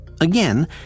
Again